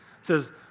says